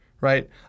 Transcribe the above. right